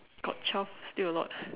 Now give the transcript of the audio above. got twelve still a lot